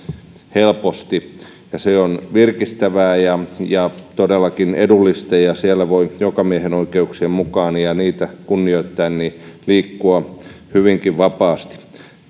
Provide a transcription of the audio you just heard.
helposti se on virkistävää ja ja todellakin edullista ja ja siellä voi jokamiehenoikeuksien mukaan ja niitä kunnioittaen liikkua hyvinkin vapaasti